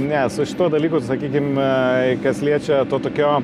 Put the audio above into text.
ne su šituo dalyku sakykim kas liečia to tokio